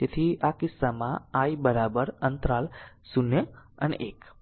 તેથી i આ કિસ્સામાં i માં અંતરાલ 0 અને 1